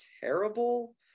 terrible